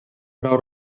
prou